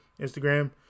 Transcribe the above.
Instagram